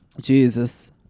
Jesus